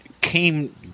came